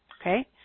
okay